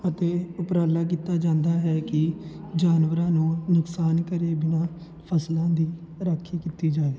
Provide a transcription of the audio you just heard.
ਅਤੇ ਉਪਰਾਲਾ ਕੀਤਾ ਜਾਂਦਾ ਹੈ ਕਿ ਜਾਨਵਰਾਂ ਨੂੰ ਨੁਕਸਾਨ ਕਰੇ ਬਿਨਾਂ ਫਸਲਾਂ ਦੀ ਰਾਖੀ ਕੀਤੀ ਜਾਵੇ